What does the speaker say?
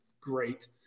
great